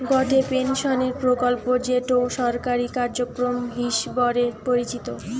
গটে পেনশনের প্রকল্প যেটো সরকারি কার্যক্রম হিসবরে পরিচিত